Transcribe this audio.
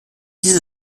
dieser